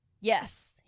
Yes